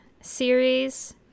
series